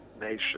nation